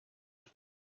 eux